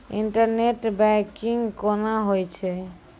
Internet banking कोना होय छै?